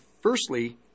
firstly